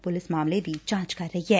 police ਮਾਮਲੇ ਦੀ ਜਾਂਚ ਕਰ ਰਹੀ ਐ